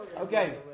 Okay